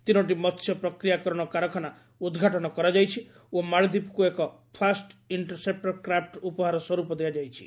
ତିନୋଟି ମହ୍ୟ ପ୍ରକ୍ରିୟାକରଣ କାରଖାନା ଉଦ୍ଘାଟନ କରାଯାଇଛି ଓ ମାଳଦୀପକୁ ଏକ ଫାଷ୍ଟ ଇଷ୍ଟସେପ୍ଟର କ୍ରାପ୍ଟ ଉପହାର ସ୍ୱରୂପ ଦିଆଯାଇଛି